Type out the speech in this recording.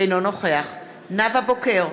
אינו נוכח נאוה בוקר,